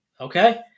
Okay